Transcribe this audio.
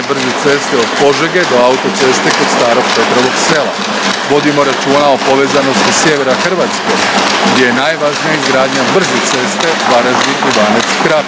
brze ceste od Požege do autoceste kod Starog Petrovog Sela. Vodimo računa i povezanosti sjevera Hrvatske, gdje je najvažnija izgradnja brze ceste Varaždin – Ivanec –